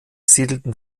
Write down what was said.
siedelten